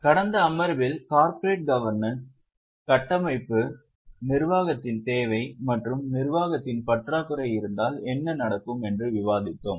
கடந்த அமர்வில் corporate governance கட்டமைப்பு நிர்வாகத்தின் தேவை மற்றும் நிர்வாகத்தின் பற்றாக்குறை இருந்தால் என்ன நடக்கும் என்று விவாதித்தோம்